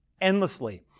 endlessly